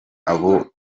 abo